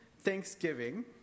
Thanksgiving